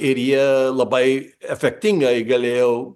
ir jie labai efektingai galėjo